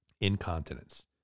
incontinence